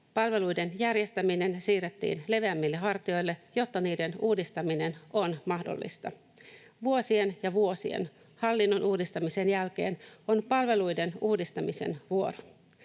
Palveluiden järjestäminen siirrettiin leveämmille hartioille, jotta niiden uudistaminen on mahdollista. Vuosien ja vuosien hallinnon uudistamisen jälkeen on palveluiden uudistamisen vuoro.